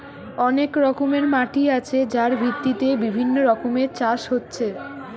অনেক রকমের মাটি আছে যার ভিত্তিতে বিভিন্ন রকমের চাষ হচ্ছে